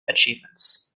achievements